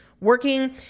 working